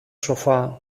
σοφά